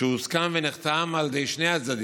שהוסכם ונחתם על ידי שני הצדדים,